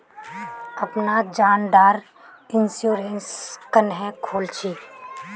अपना जान डार इंश्योरेंस क्नेहे खोल छी?